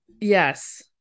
Yes